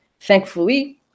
Thankfully